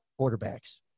quarterbacks